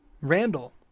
Randall